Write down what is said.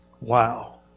Wow